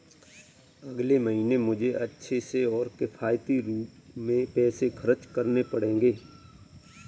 अगले महीने मुझे अच्छे से और किफायती रूप में पैसे खर्च करने पड़ेंगे